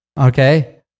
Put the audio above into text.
Okay